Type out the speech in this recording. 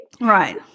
Right